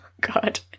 God